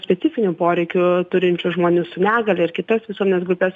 specifinių poreikių turinčių žmonių su negalia ir kitas visuomenės grupes